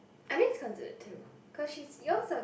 I think it's considered too because she yours are